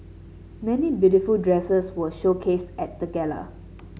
many beautiful dresses were showcased at the gala